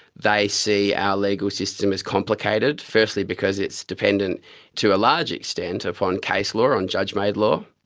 they see our legal system as complicated, firstly because it's dependent to a large extent upon case law, on judge-made law.